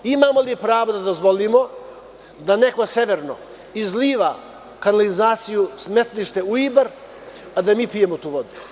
Imamo li pravo da dozvolimo da neko severno izliva kanalizaciju, smetlište u Ibar, a da mi pijemo tu vodu?